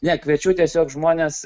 ne kviečiu tiesiog žmones